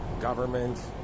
government